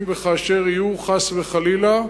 אם וכאשר יהיו, חס וחלילה,